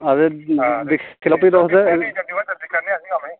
ते दिक्खी लैयो भी तुस